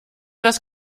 das